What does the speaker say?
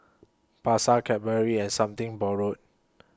Pasar Cadbury and Something Borrowed